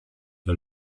der